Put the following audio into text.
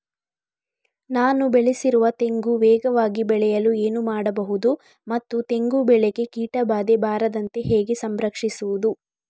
ನಾನು ಬೆಳೆಸಿರುವ ತೆಂಗು ವೇಗವಾಗಿ ಬೆಳೆಯಲು ಏನು ಮಾಡಬಹುದು ಮತ್ತು ತೆಂಗು ಬೆಳೆಗೆ ಕೀಟಬಾಧೆ ಬಾರದಂತೆ ಹೇಗೆ ಸಂರಕ್ಷಿಸುವುದು?